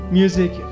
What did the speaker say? music